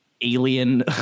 alien